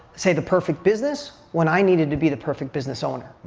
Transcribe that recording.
say, the perfect business when i needed to be the perfect business owner,